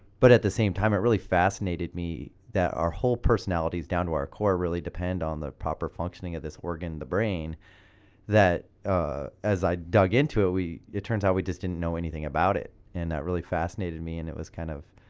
but at the same time it really fascinated me that our whole personalities down to our core really depend on the proper functioning of this organ the brain that as i dug into it turns out we just didn't know anything about it and that really fascinated me and it was kind of.